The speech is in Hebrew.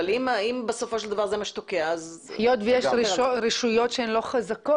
אבל יש סעיפים שהמצ'ינג הוא 50%. חבר הכנסת עמאר,